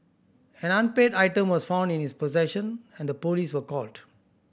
an unpaid item was found in his possession and police were called